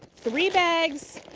three bags,